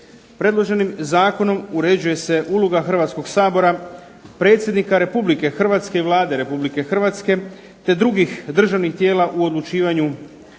Predloženim zakonom uređuje se uloga Hrvatskog sabora predsjednika Republike, hrvatske Vlada Republike Hrvatske, te drugih državnih tijela o prelasku